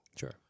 Sure